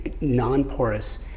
non-porous